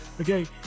okay